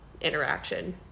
interaction